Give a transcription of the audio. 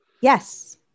Yes